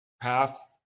path